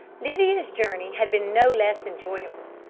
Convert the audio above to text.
lydia's journey had been no less enjoyable.